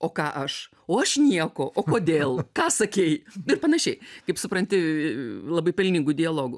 o ką aš o aš nieko o kodėl ką sakei ir panašiai kaip supranti labai pelningų dialogų